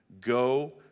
Go